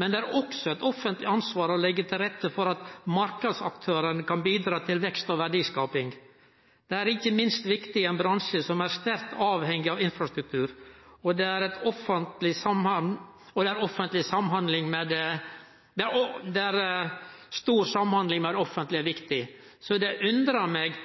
Men det er også eit offentleg ansvar å leggje til rette for at marknadsaktørane kan bidra til vekst og verdiskaping. Det er ikkje minst viktig i ein bransje som er sterkt avhengig av infrastruktur, og der stor samhandling med det offentlege er viktig. Det undrar meg